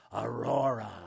Aurora